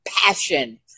passion